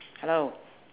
hello